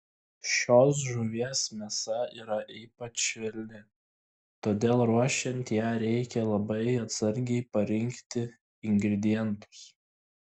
šios žuvies mėsa yra ypač švelni todėl ruošiant ją reikia labai atsargiai parinkti ingredientus